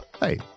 Hey